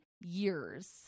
years